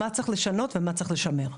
מה צריך לשנות ומה צריך לשמר.